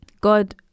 God